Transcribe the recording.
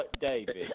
David